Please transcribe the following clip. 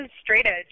straight-edge